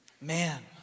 man